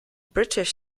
british